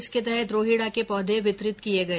इसके तहत रोहिड़ा के पौधे वितरित किए गए